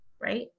right